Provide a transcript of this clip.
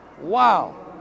Wow